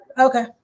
Okay